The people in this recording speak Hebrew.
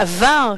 בעבר,